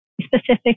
specific